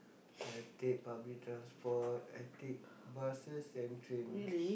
I take public transport I take buses and train